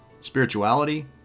spirituality